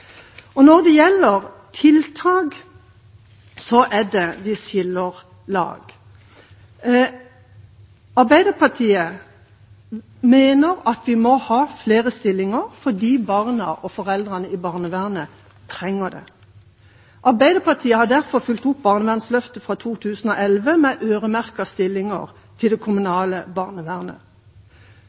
er når det gjelder tiltak, vi skiller lag. Arbeiderpartiet mener at vi må ha flere stillinger fordi barna og foreldrene i barnevernet trenger det. Arbeiderpartiet har derfor fulgt opp barnevernsløftet fra 2011 med øremerkede stillinger til det kommunale barnevernet.